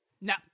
no